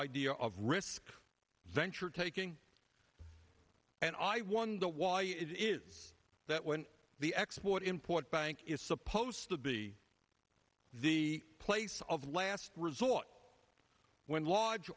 idea of risk venture taking and i wonder why it is that when the export import bank is supposed to be the place of last resort when la